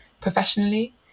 professionally